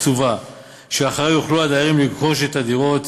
קצובה שאחריה יוכלו הדיירים לרכוש את הדירות